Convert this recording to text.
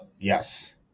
Yes